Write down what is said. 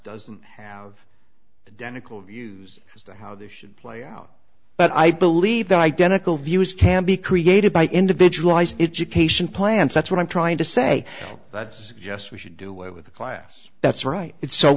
doesn't have the democrat views as to how this should play out but i believe that identical views can be created by individual education plans that's what i'm trying to say yes we should do with the class that's right it's so